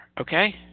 okay